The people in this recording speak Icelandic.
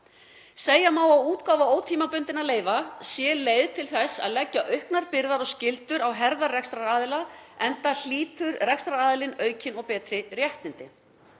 Segja má að útgáfa ótímabundinna leyfa sé leið til þess að leggja auknar byrðar og skyldur á herðar rekstraraðila enda hlýtur rekstraraðilinn aukin og betri réttindi.